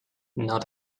not